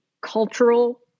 cultural